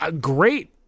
great